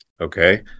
Okay